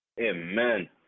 Amen